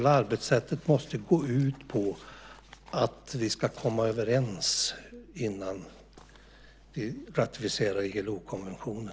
Hela arbetssättet måste gå ut på att vi ska komma överens innan vi ratificerar ILO-konventionen.